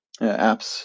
apps